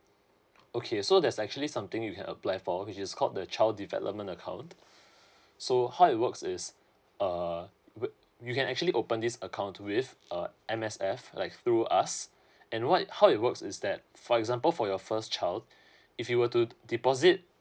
okay so there's actually something you can apply for which is called the child development account so how it works is uh will you can actually open this account with uh M_S_F like through us and what how it works is that for example for your first child if you were to deposit